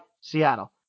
Seattle